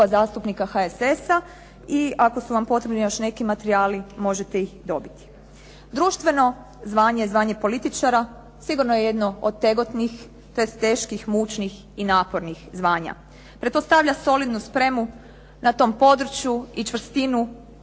zastupnika HSS-a i ako su vam potrebni još neki materijali možete ih dobiti. Društveno zvanje, zvanje političara sigurno je jedno od otegotnih, to jest teških, mučnih i napornih zvanja. Pretpostavlja solidnu spremu na tom području i čvrstinu